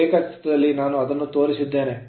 ರೇಖಾಚಿತ್ರದಲ್ಲಿ ನಾನು ಅದನ್ನು ತೋರಿಸಿದ್ದೇನೆ